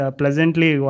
pleasantly